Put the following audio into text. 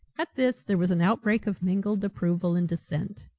at this there was an outbreak of mingled approval and dissent,